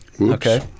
Okay